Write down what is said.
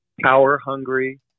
power-hungry